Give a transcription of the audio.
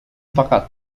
فقط